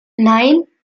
nein